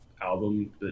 album